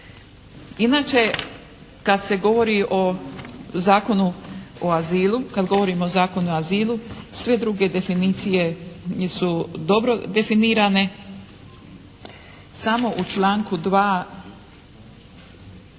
azilu, kad govorimo o Zakonu o azilu sve druge definicije su dobro definirane. Samo u članku 2.